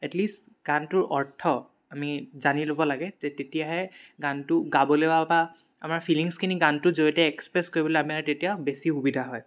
at least গানটোৰ অৰ্থ আমি জানি ল'ব লাগে তে তেতিয়াহে গানটো গাবলৈ বা আমাৰ ফিলিংছখিনি গানটোৰ জৰিয়তে এক্সপ্ৰেছ কৰিবলৈ আমাৰ তেতিয়া বেছি সুবিধা হয়